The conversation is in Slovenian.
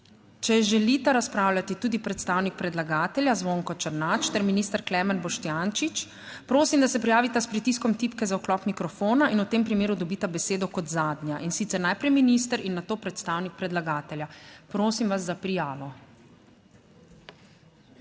Če želita razpravljati tudi predstavnik predlagatelja, Zvonko Černač ter minister Klemen Boštjančič prosim, da se prijavita s pritiskom tipke za vklop mikrofona in v tem primeru dobita besedo kot zadnja, in sicer najprej minister in nato predstavnik predlagatelja. Prosim vas za prijavo.